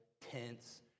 tents